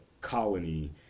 colony